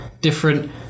different